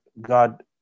God